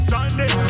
Sunday